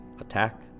Attack